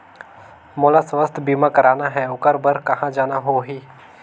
मोला स्वास्थ बीमा कराना हे ओकर बार कहा जाना होही?